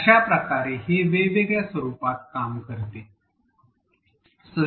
अश्या प्रकारे हे वेगवेगळ्या स्वरूपात काम करते